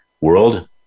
world